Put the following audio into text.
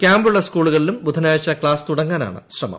കൃാമ്പുള്ള സ്കൂളുകളിലും ബുധനാഴ്ച ക്സാസ് തുടങ്ങാനാണ് ശ്രമം